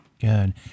Good